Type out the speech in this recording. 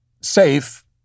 safe